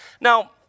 Now